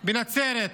בנצרת,